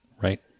right